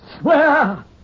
Swear